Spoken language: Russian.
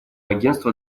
агентство